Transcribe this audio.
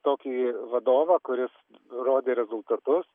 tokį vadovą kuris rodė rezultatus